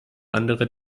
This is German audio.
andere